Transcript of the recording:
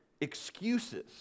excuses